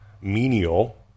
menial